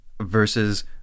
versus